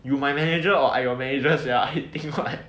you my manager or I your manager sia you think what